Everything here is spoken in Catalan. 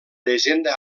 llegenda